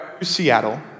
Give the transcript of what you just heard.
Seattle